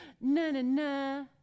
na-na-na